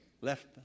left